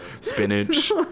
Spinach